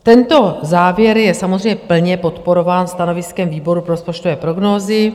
Tento závěr je samozřejmě plně podporován stanoviskem výboru pro rozpočtové prognózy.